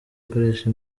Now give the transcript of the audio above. ikoresha